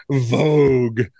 Vogue